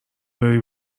داری